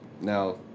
Now